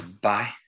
Bye